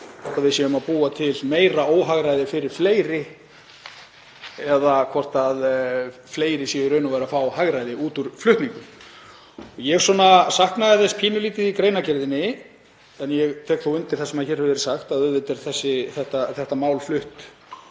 við séum að búa til meira óhagræði fyrir fleiri eða hvort fleiri séu í raun og veru að fá hagræði út úr flutningnum. Ég saknaði þess pínulítið í greinargerðinni — ég tek þó undir það sem hér hefur verið sagt að auðvitað er þetta mál flutt